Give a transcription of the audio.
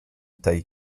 tej